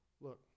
Look